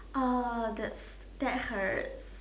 uh that's that hurts